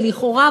שלכאורה,